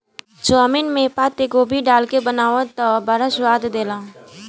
chowmein में पातगोभी डाल के बनावअ तअ बड़ा स्वाद देला